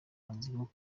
azwiho